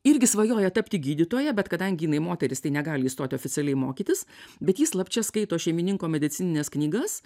irgi svajoja tapti gydytoja bet kadangi jinai moteris negali įstot oficialiai mokytis bet ji slapčia skaito šeimininko medicinines knygas